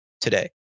today